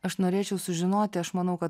aš norėčiau sužinoti aš manau kad